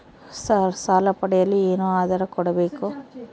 Sir ಸಾಲ ಪಡೆಯಲು ಏನು ಆಧಾರ ಕೋಡಬೇಕು?